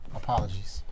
apologies